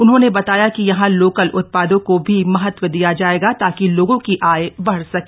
उन्होंने बताया कि यहां लोकल उत्पादों को भी महत्व दिया जाएगा ताकि लोगों की आय बढ़ सके